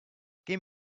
give